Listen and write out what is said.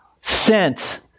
sent